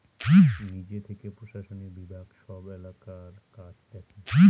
নিজে থেকে প্রশাসনিক বিভাগ সব এলাকার কাজ দেখে